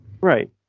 right